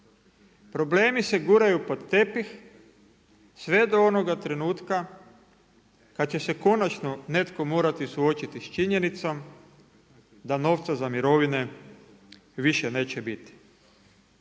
Problemi se guraju pod tepih sve do onoga trenutka kad će se konačno netko morati suočiti sa činjenicom da novca za mirovine više neće biti.